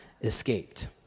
escaped